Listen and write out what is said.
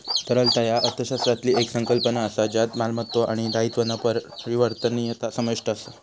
तरलता ह्या अर्थशास्त्रातली येक संकल्पना असा ज्यात मालमत्तो आणि दायित्वांचा परिवर्तनीयता समाविष्ट असा